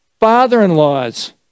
Father-in-laws